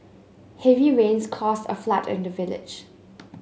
heavy rains caused a flood in the village